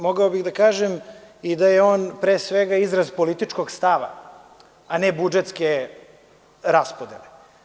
Mogao bih da kažem i da je on, pre svega, izraz političkog stava, a ne budžetske raspodele.